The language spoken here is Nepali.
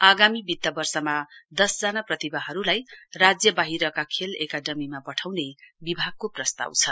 आगामी वित्त वर्षमा दसजना प्रतिभाहरुलाई राज्य बाहिरका खेल एकाडमीमा पठाउने विभागको प्रस्ताव छ